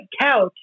couch